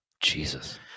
Jesus